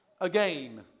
again